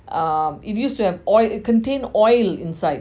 um it used to have it contained oil inside